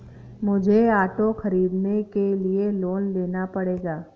मुझे ऑटो खरीदने के लिए लोन लेना पड़ेगा